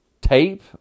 tape